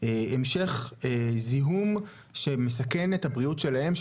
המשך זיהום שמסכן את הבריאות שלהם,